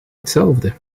hetzelfde